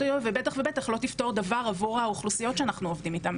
איתו בשטח ובטח ובטח לא תפתור דבר עבור האוכלוסיות שאנחנו עובדים איתם